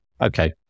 Okay